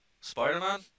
spider-man